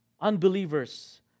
unbelievers